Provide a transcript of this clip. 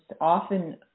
often